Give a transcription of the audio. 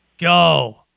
go